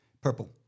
Purple